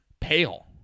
pale